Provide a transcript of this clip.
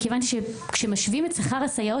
כי הבנתי שכשמשווים את שכר הסייעות,